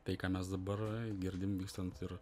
tai ką mes dabar girdim vykstant ir